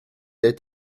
est